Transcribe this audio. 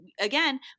again